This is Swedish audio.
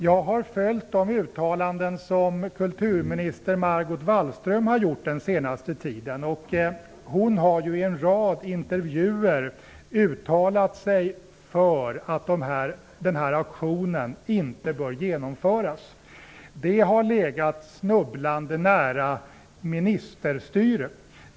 Jag har följt de uttalanden som kulturminister Margot Wallström har gjort den senaste tiden. Hon har i en rad intervjuer uttalat sig för att den här auktionen inte bör genomföras. Det har legat snubblande nära ministerstyre.